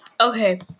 Okay